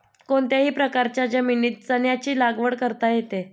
कोणत्याही प्रकारच्या जमिनीत चण्याची लागवड करता येते